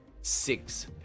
six